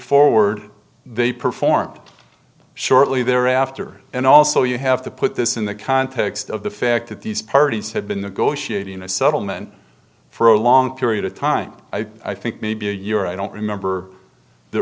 forward they performed shortly thereafter and also you have to put this in the context of the fact that these parties had been negotiating a settlement for a long period of time i think maybe a year i don't remember the